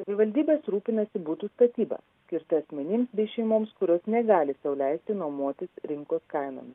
savivaldybės rūpinasi butų statyba skirtą asmenims bei šeimoms kurios negali sau leisti nuomotis rinkos kainomis